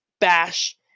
bash